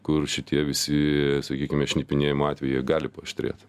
kur šitie visi sakykime šnipinėjimo atvejai jie gali paaštrėt